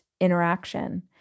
interaction